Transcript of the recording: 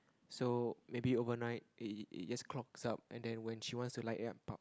so maybe overnight it it i~ just clocks up and then when she wants to light it up